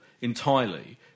entirely